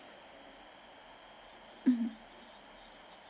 mmhmm